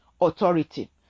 authority